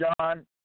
John